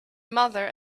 mother